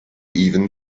even